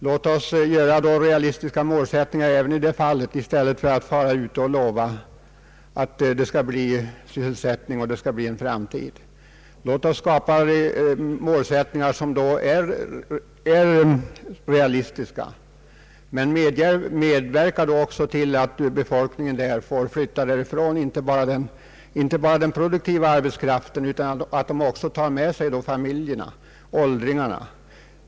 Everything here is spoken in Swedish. Låt oss göra realistiska målsättningar även i det fallet i stället för att lova sysselsättning och en framtid för kommunblocket i fråga. Medverka då också till att hela befolkningen får flytta därifrån, inte bara den produktiva arbetskraften, utan även familjerna och åldringarna.